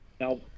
now